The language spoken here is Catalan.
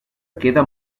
queda